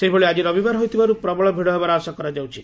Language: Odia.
ସେହିଭଳି ଆଜି ରବିବାର ହୋଇଥିବାରୁ ପ୍ରବଳ ଭିଡ଼ ହେବାର ଆଶା କରାଯାଉଛି